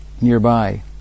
nearby